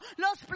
los